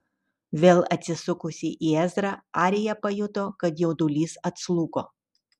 vėl atsisukusi į ezrą arija pajuto kad jaudulys atslūgo